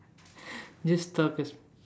just talk as